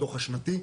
הדו"ח השנתי,